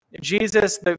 Jesus